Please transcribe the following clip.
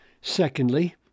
secondly